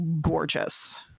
gorgeous